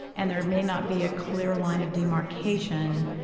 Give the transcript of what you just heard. and there may not be a clear line of demarcation,